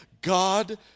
God